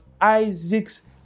Isaac's